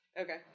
Okay